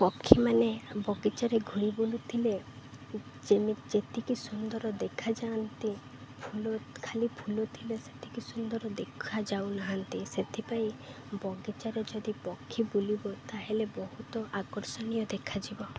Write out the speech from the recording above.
ପକ୍ଷୀମାନେ ବଗିଚାରେ ଘୁରି ବୁଲୁଥିଲେ ଯେତିକି ସୁନ୍ଦର ଦେଖାଯାଆନ୍ତି ଫୁଲ ଖାଲି ଫୁଲ ଥିଲେ ସେତିକି ସୁନ୍ଦର ଦେଖାଯାଉନାହାନ୍ତି ସେଥିପାଇଁ ବଗିଚାରେ ଯଦି ପକ୍ଷୀ ବୁଲିବ ତାହେଲେ ବହୁତ ଆକର୍ଷଣୀୟ ଦେଖାଯିବ